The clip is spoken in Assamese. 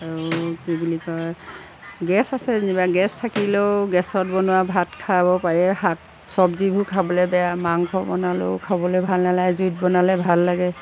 আৰু কি বুলি কয় গেছ আছে যেনিবা গেছ থাকিলেও গেছত বনোৱা ভাত খাব পাৰে শাক চব্জিবোৰ খাবলৈ বেয়া মাংস বনালেও খাবলৈ ভাল নালাগে জুইত বনালে ভাল লাগে